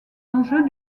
enjeux